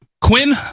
Quinn